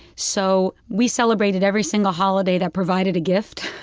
so we celebrated every single holiday that provided a gift.